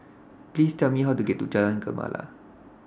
Please Tell Me How to get to Jalan Gemala